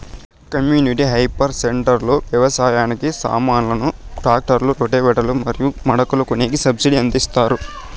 community hire centre లో వ్యవసాయానికి సామాన్లు ట్రాక్టర్లు రోటివేటర్ లు మరియు మడకలు కొనేకి సబ్సిడి ఎంత ఇస్తారు